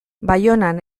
baionan